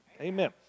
Amen